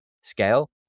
scale